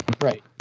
Right